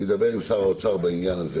ידבר עם שר האוצר בעניין הזה